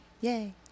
Yay